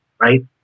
right